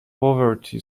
poverty